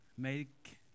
make